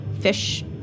fish